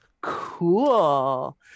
cool